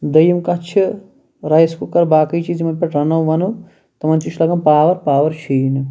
دوٚیِم کَتھ چھِ رایِس کُکَر باقٕے چیٖز یِمن پٮ۪ٹھ رَنو وَنو تِمن تہِ چھُ لگان پاور پاور چھُیی نہٕ